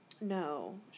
No